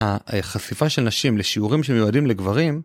ה-א-החשיפה של נשים, לשיעורים שמיועדים לגברים,